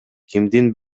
кимдин